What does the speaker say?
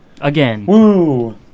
again